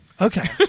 Okay